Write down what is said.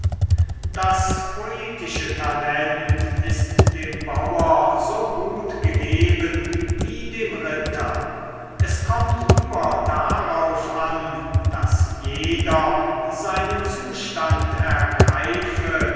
das poetische talent ist dem bauer so gut gegeben wie dem ritter es kommt nur darauf an daß jeder seinen zustand ergreife